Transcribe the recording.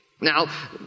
Now